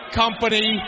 company